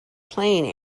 playing